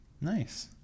Nice